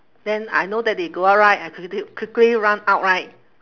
then I know that they go out right I quickly quickly run out right